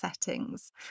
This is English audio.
settings